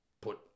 put